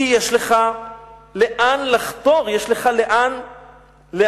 כי יש לך לאן לחתור, יש לך לאן להגיע.